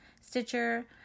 Stitcher